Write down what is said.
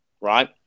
right